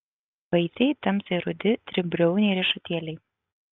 vaisiai tamsiai rudi tribriauniai riešutėliai